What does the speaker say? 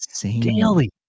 daily